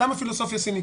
למה פילוסופיה סינית?